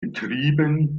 betrieben